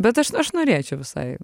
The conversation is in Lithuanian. bet aš aš norėčiau visai